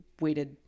waited